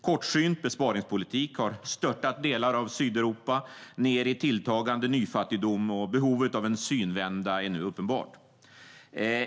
Kortsynt besparingspolitik har störtat delar av Sydeuropa ner i tilltagande nyfattigdom, och behovet av en synvända är nu uppenbart.